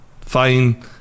fine